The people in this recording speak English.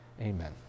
Amen